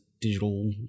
digital